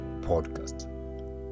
podcast